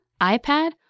iPad